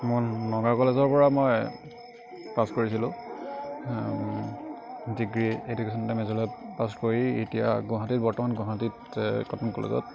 মই নগাঁও কলেজৰপৰা মই পাছ কৰিছিলোঁ ডিগ্ৰী এডুকেশ্বনতে মেজৰ লৈ পাছ কৰি এতিয়া গুৱাহাটীত বৰ্তমান গুৱাহাটীত কটন কলেজত